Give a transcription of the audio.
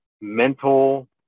mental